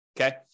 Okay